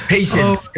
Patience